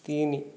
ତିନି